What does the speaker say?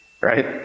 Right